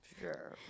Sure